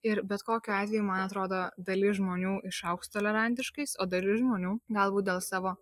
ir bet kokiu atveju man atrodo dalis žmonių išaugs tolerantiškais o dalis žmonių galbūt dėl savo